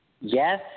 Yes